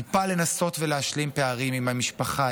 טיפה לנסות ולהשלים פערים עם המשפחה,